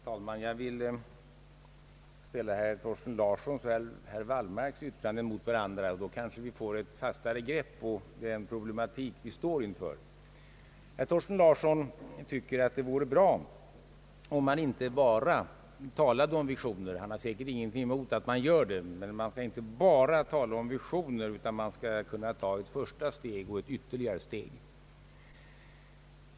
Herr talman! Jag vill ställa herr Thorsten Larssons och herr Wallmarks yttranden mot varandra — då kanske vi får ett fastare grepp på den problematik vi står inför. Herr Larsson tycker att det vore bra om vi inte bara talade om visioner. Han har säkert ingenting emot att man gör det, men man skall inte bara tala om visioner utan man skall kunna ta ett första steg och sedan ytterligare ett.